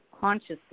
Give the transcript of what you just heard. consciously